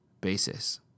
basis